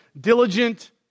diligent